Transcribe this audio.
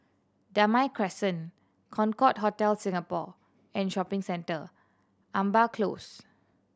Damai Crescent Concorde Hotel Singapore and Shopping Centre Amber Close